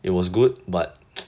it was good but